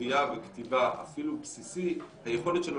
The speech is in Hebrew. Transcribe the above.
קריאה וכתיבה אפילו בסיסית היכולת שלו